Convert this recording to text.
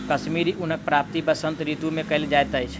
कश्मीरी ऊनक प्राप्ति वसंत ऋतू मे कयल जाइत अछि